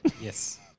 Yes